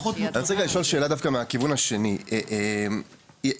אני רוצה לשאול שאלה מהכיוון השני: יש